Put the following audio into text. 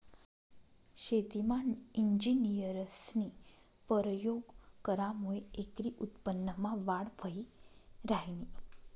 शेतीमा इंजिनियरस्नी परयोग करामुये एकरी उत्पन्नमा वाढ व्हयी ह्रायनी